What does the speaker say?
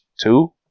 Two